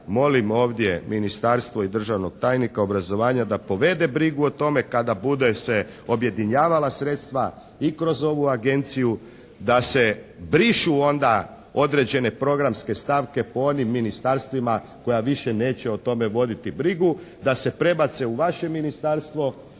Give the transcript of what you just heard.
molim ovdje ministarstvo i državnog tajnika obrazovanja da povede brigu o tome kada bude se objedinjavala sredstva i kroz ovu agenciju, da se brišu onda određene programske stavke po onim ministarstvima koja više neće o tome voditi brigu. Da se prebace u vaše ministarstvo,